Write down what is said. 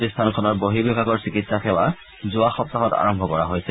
প্ৰতিষ্ঠানখনৰ বহিঃবিভাগৰ চিকিৎসা সেৱা যোৱা সপ্তাহত আৰম্ভ কৰা হৈছে